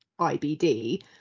ibd